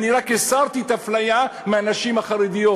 אני רק הסרתי את האפליה מהנשים החרדיות.